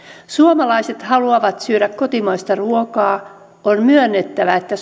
suomalaiset haluavat syödä kotimaista ruokaa on myönnettävä että